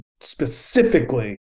specifically